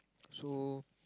so